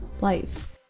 life